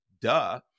duh